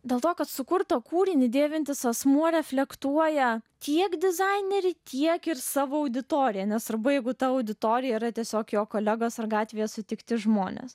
dėl to kad sukurto kūrinį dėvintis asmuo reflektuoja tiek dizaineriai tiek ir savo auditoriją nesvarbu jeigu ta auditorija yra tiesiog jo kolegos ar gatvėje sutikti žmonės